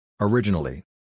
Originally